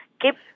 keep